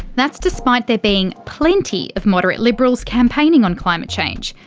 that's despite there being plenty of moderate liberals campaigning on climate change.